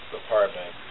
Department